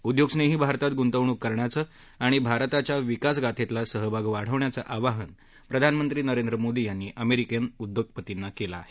उद्योगस्नेही भारतात गुंतवणूक करण्याचं आणि भारताच्या विकासगाथेतला सहभाग वाढवण्याचं आवाहन प्रधानमंत्री नरेंद्र मोदी यांनी अमेरिकन उद्योगपतींना केलं आहे